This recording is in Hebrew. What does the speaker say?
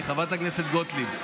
חברת הכנסת גוטליב.